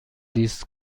لیست